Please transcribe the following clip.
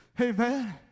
Amen